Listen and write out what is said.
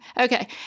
Okay